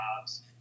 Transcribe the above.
jobs